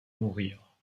mourir